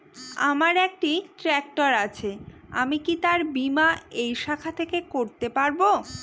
আমার একটি ট্র্যাক্টর আছে আমি কি তার বীমা এই শাখা থেকে করতে পারব?